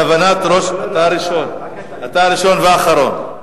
אתה הראשון והאחרון.